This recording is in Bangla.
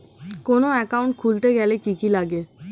কোন একাউন্ট খুলতে গেলে কি কি লাগে?